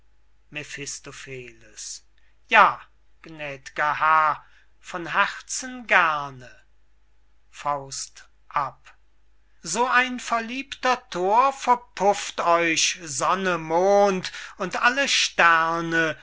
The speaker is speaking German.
ja gnäd'ger herr von herzen gerne faust ab mephistopheles so ein verliebter thor verpufft euch sonne mond und alle sterne